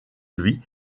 lui